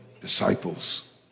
disciples